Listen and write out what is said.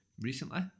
recently